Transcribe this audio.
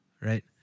Right